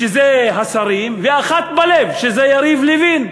שזה השרים, ואחד בלב, שזה יריב לוין.